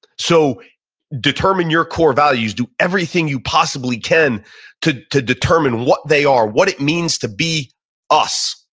so determine your core values, do everything you possibly can to to determine what they are. what it means to be us.